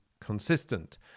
consistent